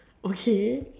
okay